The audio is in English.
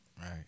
Right